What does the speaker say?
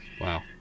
wow